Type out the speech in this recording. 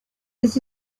this